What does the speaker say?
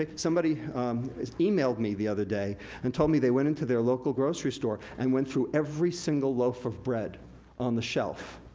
ah somebody emailed me the other day and told me they went into their local grocery store and went through every single loaf of bread on the shelf,